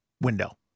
window